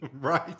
Right